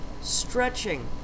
Stretching